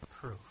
proof